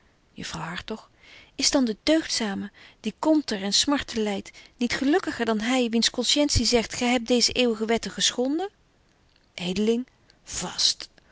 juffrouw hartog is dan de deugdzame die kommer en smarte lydt niet gelukkiger dan hy wiens conscientie zegt gy hebt deeze eeuwige wetten geschonden